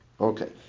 Okay